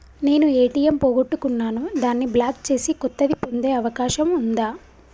నేను ఏ.టి.ఎం పోగొట్టుకున్నాను దాన్ని బ్లాక్ చేసి కొత్తది పొందే అవకాశం ఉందా?